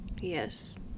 Yes